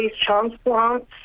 transplants